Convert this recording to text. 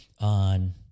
on